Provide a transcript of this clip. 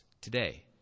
today